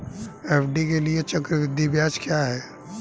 FD के लिए चक्रवृद्धि ब्याज क्या है?